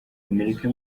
amerika